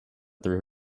through